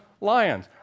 Lions